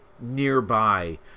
nearby